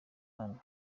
hano